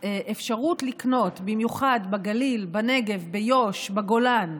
האפשרות לקנות, במיוחד בגליל, בנגב, ביו"ש, בגולן,